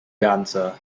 dancer